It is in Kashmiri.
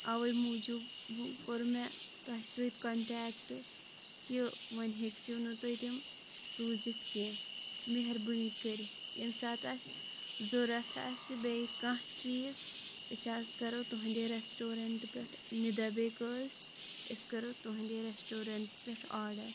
اَوَے موجوٗب وۄنۍ کوٚر مےٚ تۄہہِ سۭتۍ کَنٹیکٹ کہِ وۄنۍ ہیٚکزِو نہٕ تُہۍ تِم سوٗزِتھ کیٚنہہ مہربٲنۍ کٔرِتھ ییٚمہِ ساتہٕ اسہِ ضوٚرَتھ آسہِ بیٚیہِ کانٛہہ چیٖز أسۍ حظ کَرَو تُہٕندے رَسٹَورَنٹ پٮ۪ٹھ نِدا بیکٲرٕس أسۍ کَرَو تُہٕنٛدے رٮ۪سٹورَنٛٹ پٮ۪ٹھ آرڈَر